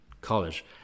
College